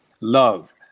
love